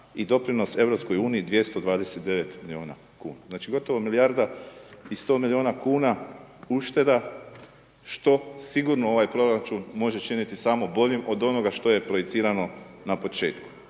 i doprinos EU 229 miliona kuna, znači gotovo milijarda i sto miliona kuna ušteda što sigurno ovaj proračun može činiti samo boljim od onoga što je projicirano na početku.